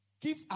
Give